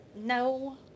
No